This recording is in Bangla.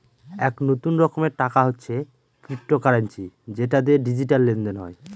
এক নতুন রকমের টাকা হচ্ছে ক্রিপ্টোকারেন্সি যেটা দিয়ে ডিজিটাল লেনদেন হয়